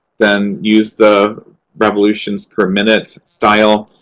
then use the revolutions-per-minute style.